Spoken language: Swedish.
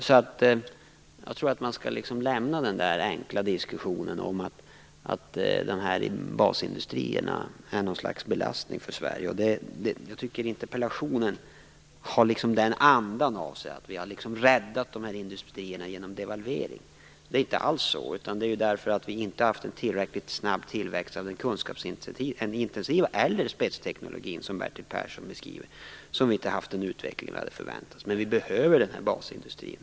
Jag tycker alltså att man skall lämna den enkla diskussionen om att basindustrierna skulle utgöra något slags belastning för Sverige. Jag tycker också att andan i interpellationen går ut på att dessa industrier har räddats genom devalvering. Så är det inte alls. Vi har inte haft en så snabb tillväxt av den kunskapsintensiva industrin, eller spetsteknologin som Bertil Persson uttrycker det, som vi hade förväntat oss. Men vi behöver verkligen vår basindustri.